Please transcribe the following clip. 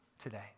today